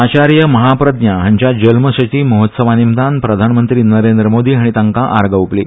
आचार्य महाप्रज्ञा हांच्या जल्मशती महोत्सवा निमतान प्रधानमंत्री नरेंद्र मोदी हांणी तांका आर्गा ओपली